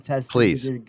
please